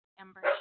Ember